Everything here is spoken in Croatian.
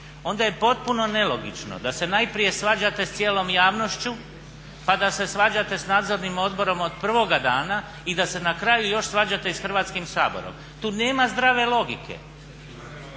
onda je potpuno nelogično da se najprije svađate s cijelom javnošću pa da se svađate s nadzornim odborom od prvoga dana i da se na kraju još svađate i s Hrvatskim saborom. Tu nema zdrave logike.